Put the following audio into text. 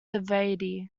suavity